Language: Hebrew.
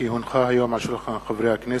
כי הונחו היום על שולחן הכנסת,